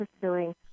pursuing